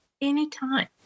anytime